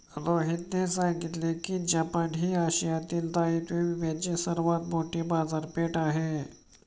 रोहितने सांगितले की जपान ही आशियातील दायित्व विम्याची सर्वात मोठी बाजारपेठ आहे